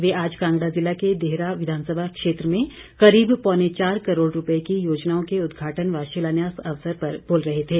वे आज कांगड़ा जिला के देहरा विधानसभा क्षेत्र में करीब पौने चार करोड़ रुपये की योजनाओं के उदघाटन व शिलान्यास अवसर पर बोल रहे थे